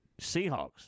Seahawks